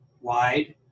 wide